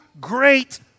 great